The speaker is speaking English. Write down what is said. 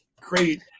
great